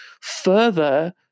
further